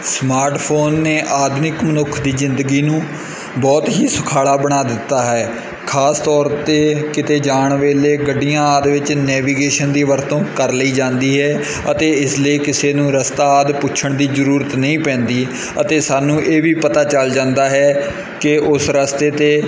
smartphone ਨੇ ਆਧੁਨਿਕ ਮਨੁੱਖ ਦੀ ਜ਼ਿੰਦਗੀ ਨੂੰ ਬਹੁਤ ਹੀ ਸੁਖਾਲਾ ਬਣਾ ਦਿੱਤਾ ਹੈ ਖ਼ਾਸ ਤੌਰ 'ਤੇ ਕਿਤੇ ਜਾਣ ਵੇਲੇ ਗੱਡੀਆਂ ਆਦਿ ਵਿੱਚ ਨੈਵੀਗੇਸ਼ਨ ਦੀ ਵਰਤੋਂ ਕਰ ਲਈ ਜਾਂਦੀ ਹੈ ਅਤੇ ਇਸ ਲਈ ਕਿਸੇ ਨੂੰ ਰਸਤਾ ਆਦਿ ਪੁੱਛਣ ਦੀ ਜ਼ਰੂਰਤ ਨਹੀਂ ਪੈਂਦੀ ਅਤੇ ਸਾਨੂੰ ਇਹ ਵੀ ਪਤਾ ਚੱਲ ਜਾਂਦਾ ਹੈ ਕਿ ਉਸ ਰਸਤੇ 'ਤੇ